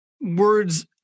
words